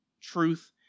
truth